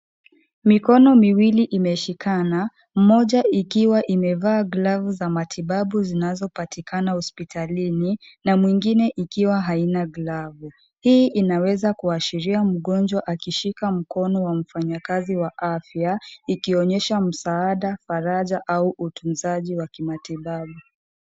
Mikono miwili imeshikana mmoja ikiwa imevaa glavu za matibabu zinazopatikana hospitalini na meingine ikiwa haina glavu. Hii inaweza kuashiria mgonjwa akishika mkono wa mfanyikazi wa afya ikionyesha msaada , faraja au utunzaji wa kimatibabu.